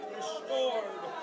restored